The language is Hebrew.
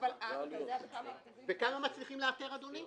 וכמה מצליחים לאתר, אדוני?